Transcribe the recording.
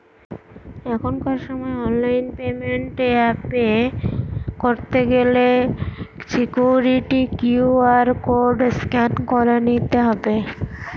এখনকার সময় online payment এ পে করতে গেলে সিকুইরিটি কিউ.আর কোড স্ক্যান করে নিতে হবে